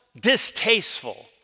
distasteful